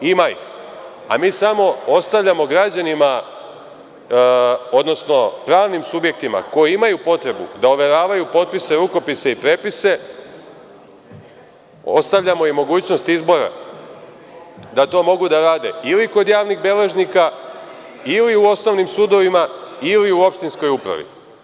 Ima ih, a mi samo ostavljamo građanima, odnosno pravnim subjektima koji imaju potrebu da overavaju potpise, rukopise i prepise, ostavljamo im mogućnost izbora da to mogu da rade ili kod javnih beležnika ili u osnovnim sudovima ili u opštinskoj upravi.